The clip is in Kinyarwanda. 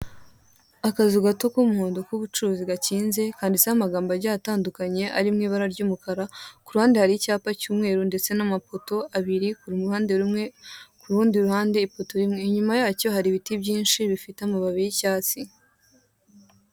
Akazu gato k'umuhondo k'ubucuruzi gakinze kanditseho amagambo agiye atandukanye ari mu ibara ry'umukara, ku ruhande hari icyapa cy'umweru ndetse n'amapoto abiri ku ruhande rumwe ku rundi ruhande, inyuma yacyo hari ibiti byinshi bifite amababi y'icyatsi.